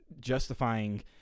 justifying